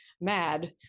mad